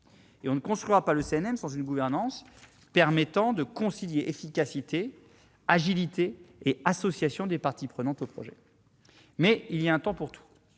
actuelles du CNV, et sans une gouvernance permettant de concilier efficacité, agilité et association des parties prenantes au projet. Mais il y a un temps pour tout